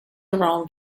around